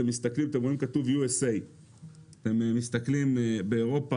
אתם מסתכלים ורואים כתוב USA. אתם מסתכלים באירופה